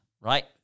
right